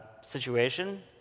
situation